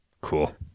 Cool